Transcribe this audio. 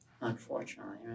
unfortunately